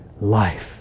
life